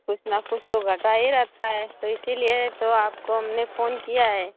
कुछ न कुछ तो घाटा ही रहता है तो इसलिए तो आपको हमने फोन किया है